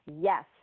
yes